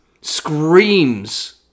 screams